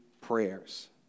prayers